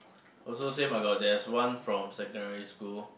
also same I got there is one from secondary school